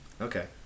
Okay